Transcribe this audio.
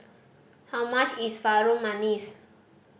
how much is Harum Manis